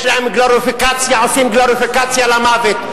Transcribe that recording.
עושים גלוריפיקציה למוות.